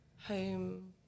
home